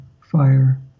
fire